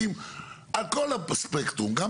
עמוד 18, מטרה.